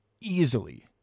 easily